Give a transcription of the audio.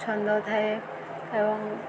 ଛନ୍ଦ ଥାଏ ଏବଂ